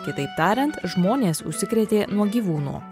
kitaip tariant žmonės užsikrėtė nuo gyvūnų